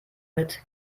mit